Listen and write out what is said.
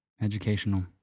Educational